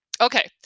Okay